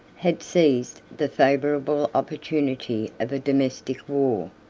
had seized the favorable opportunity of a domestic war.